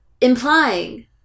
implying